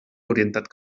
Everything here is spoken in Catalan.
orientat